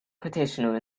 petitioner